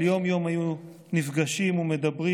אבל יום-יום היו נפגשים ומדברים,